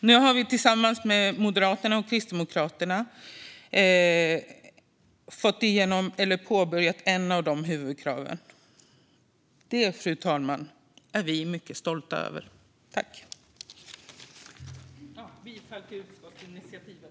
Nu har vi tillsammans med Moderaterna och Kristdemokraterna påbörjat ett arbete gällande ett av de huvudkraven. Det, fru talman, är vi mycket stolta över. Jag yrkar bifall till utskottets förslag.